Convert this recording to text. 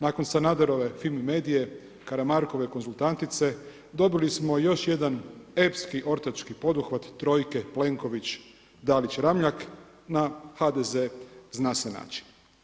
Nakon Sanaderove Fimi Medie, Karamarkove Konzultantice, dobili smo još jedan epski ortački poduhvat trojke Plenković-Dalić-Ramljak, na HDZ zna se način.